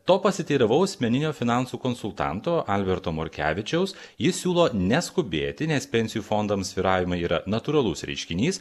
to pasiteiravau asmeninio finansų konsultanto alberto morkevičiaus jis siūlo neskubėti nes pensijų fondams svyravimai yra natūralus reiškinys